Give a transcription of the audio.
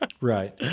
Right